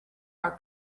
our